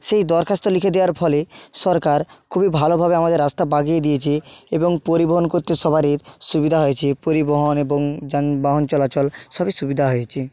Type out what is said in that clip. সেই দরখাস্ত লিখে দেওয়ার ফলে সরকার খুবই ভালোভাবে আমাদের রাস্তা বাগিয়ে দিয়েছে এবং পরিবহন করতে সবারির সুবিধা হয়েছে পরিবহন এবং যানবাহন চলাচল সবই সুবিধা হয়েছে